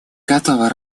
готова